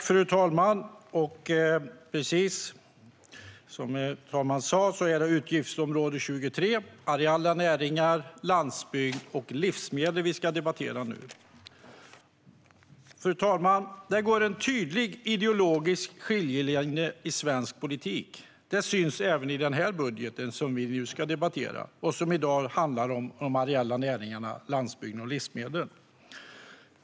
Fru talman! Precis som talmannen sa är det Utgiftsområde 23 Areella näringar, landsbygd och livsmedel som vi ska debattera nu. Fru talman! Det går en tydlig ideologisk skiljelinje i svensk politik. Det syns även i den här budgeten, som vi nu ska debattera och som i dag handlar om de areella näringarna, landsbygden och livsmedlen.